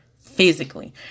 physically